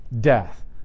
death